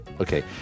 Okay